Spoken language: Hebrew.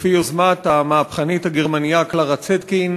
לפי יוזמת המהפכנית הגרמנייה קלרה צטקין.